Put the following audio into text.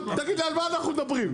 תגיד לי על מה אנחנו מדברים?